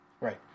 right